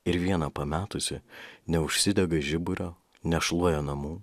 ir vieną pametusi neužsidega žiburio nešluoja namų